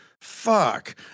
Fuck